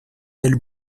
del